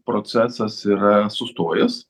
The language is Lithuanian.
procesas yra sustojęs